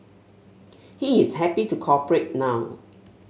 he is happy to cooperate now